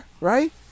right